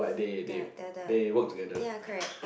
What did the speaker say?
the the the ya correct